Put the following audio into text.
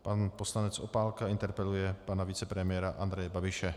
Pan poslanec Opálka interpeluje pana vicepremiéra Andreje Babiše.